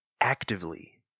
actively